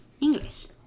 english